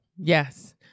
Yes